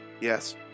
Yes